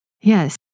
Yes